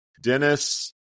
dennis